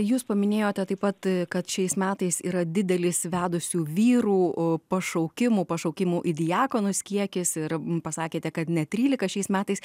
jūs paminėjote taip pat kad šiais metais yra didelis vedusių vyrų pašaukimų pašaukimų į diakonus kiekis ir pasakėte kad net trylika šiais metais